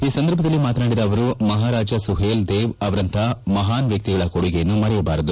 ಈ ಸಂದರ್ಭದಲ್ಲಿ ಮಾತನಾಡಿದ ಅವರು ಮಹಾರಾಜ ಸುಹೇಲ್ ದೇವ್ ಅವರಂತಹ ಮಹಾನ್ ವ್ಯಕ್ತಿಗಳ ಕೊಡುಗೆಯನ್ನು ಮರೆಯಬಾರದು